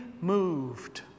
moved